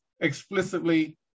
explicitly